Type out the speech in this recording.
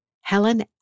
Helen